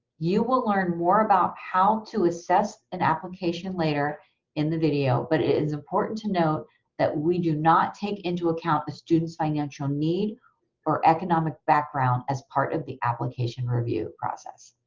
you will learn more about how to assess an application later in the video, but it is important to note that we do not take into account the student's financial need or economic background as part of the application review process.